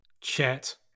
Chet